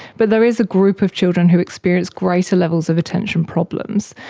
but there is a group of children who experience greater levels of attention problems,